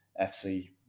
FC